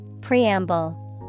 Preamble